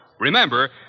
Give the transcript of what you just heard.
Remember